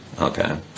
Okay